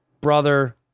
brother